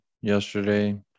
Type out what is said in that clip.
yesterday